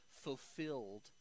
fulfilled